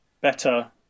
better